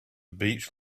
beach